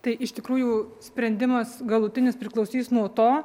tai iš tikrųjų sprendimas galutinis priklausys nuo to